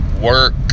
Work